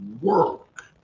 work